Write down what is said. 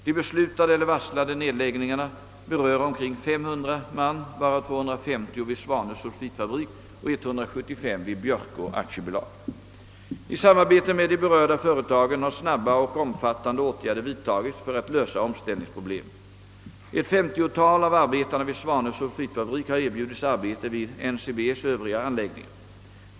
De beslutade eller varslade nedläggningarna berör omkring 500 man, varav 250 vid Svanö sulfitfabrik och 175 vid Björkå AB. I samarbete med de berörda företagen har snabba och omfattande åtgärder vidtagits för att lösa omställningsproblemet. Ett 50-tal av arbetarna vid Svanö sulfitfabrik har erbjudits arbete vid NCB:s övriga anläggningar.